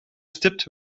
stipt